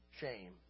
shame